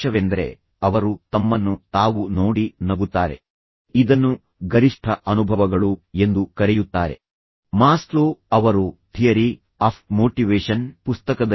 ತದನಂತರ ಕೋಪವನ್ನು ಶಮನಗೊಳಿಸಿ ನಿಮ್ಮ ಕಾಳಜಿಯನ್ನು ತೋರಿಸುವ ಮೂಲಕ ನಿಮ್ಮ ಪ್ರೀತಿಯನ್ನು ತೋರಿಸುವ ಮೂಲಕ ಅದನ್ನು ನಿರ್ವಹಿಸಿ